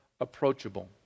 approachable